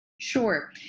Sure